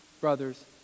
brothers